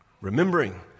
remembering